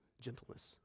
Gentleness